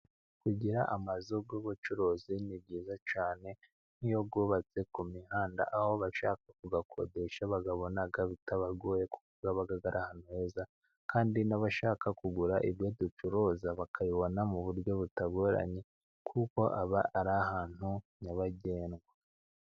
Kugira amazu y'ubucuruzi ni byiza cyane, nk'iyo yubatse ku mihanda aho abashaka kuyakodesha bayabona bitabagoye, kuvuga ahantu heza kandi n'abashaka kugura ibyo ducuruza bakabibona, mu buryo butagoranye kuko aba ari ahantu nyabagendwa.